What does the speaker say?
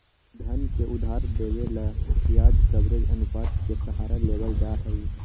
धन के उधार देवे ला ब्याज कवरेज अनुपात के सहारा लेवल जाहई